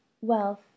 Wealth